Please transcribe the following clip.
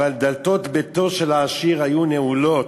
אבל דלתות ביתו של העשיר היו נעולות.